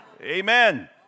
Amen